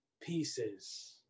pieces